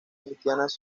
cristianas